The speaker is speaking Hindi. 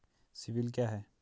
सिबिल क्या है?